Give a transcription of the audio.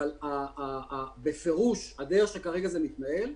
אבל בפירוש הדרך שכרגע זה מתנהל,